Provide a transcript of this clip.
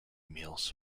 meals